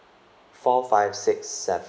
four five six seven